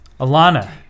Alana